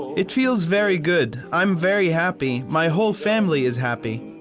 it feels very good. i'm very happy. my whole family is happy.